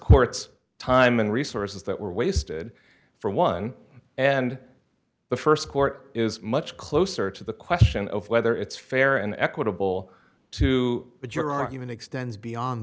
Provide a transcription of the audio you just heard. court's time and resources that were wasted for one and the st court is much closer to the question of whether it's fair and equitable to put your argument extends beyond